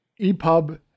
EPUB